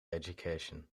education